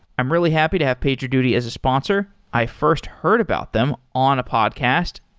i'm really happy to have pagerduty as a sponsor. i first heard about them on a podcast,